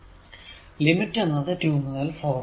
limit എന്നത് 2 മുതൽ 4 വരെ